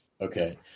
Okay